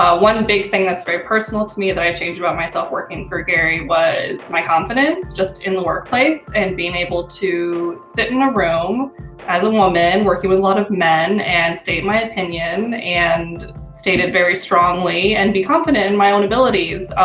ah one big thing that's very personal to me that i changed about myself working for gary was my confidence just in the workplace and being able to sit in a room as a woman, working with a lot of men and state my opinion and stated very strongly and be confident in my own abilities.